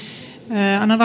annan